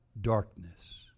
darkness